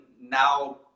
now